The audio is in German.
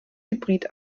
hybrid